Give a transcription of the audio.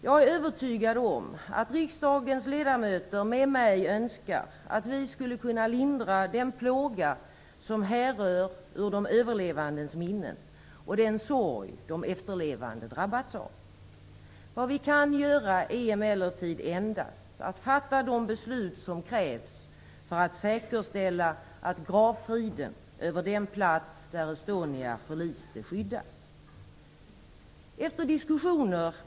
Jag är övertygad om att riksdagens ledamöter med mig önskar att vi skulle kunna lindra den plåga som härrör ur de överlevandes minnen och den sorg de efterlevande drabbats av. Vad vi kan göra är emellertid endast att fatta de beslut som krävs för att säkerställa att gravfriden över den plats där Estonia förliste skyddas.